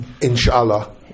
inshallah